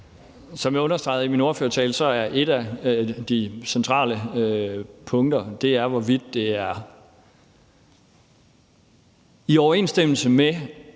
Som jeg understregede i min ordførertale, er et af de centrale punkter, hvorvidt det er i overensstemmelse med